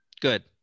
Good